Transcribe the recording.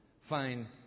find